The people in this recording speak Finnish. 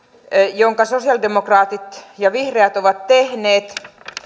jonka sosialidemokraatit ja vihreät ovat tehneet